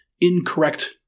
incorrect